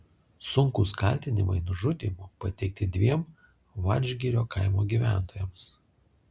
sunkūs kaltinimai nužudymu pateikti dviem vadžgirio kaimo gyventojams